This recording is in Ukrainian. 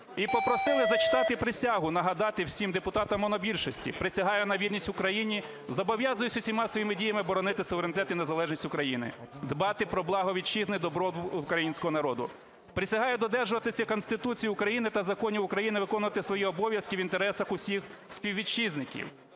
І попросили зачитати присягу і нагадати всім депутатам монобільшості: "Присягаю на вірність Україні. Зобов'язуюсь усіма своїми діями боронити суверенітет і незалежність України, дбати про благо Вітчизни і добробут Українського народу. Присягаю додержуватися Конституції України та законів України, виконувати свої обов'язки в інтересах усіх співвітчизників".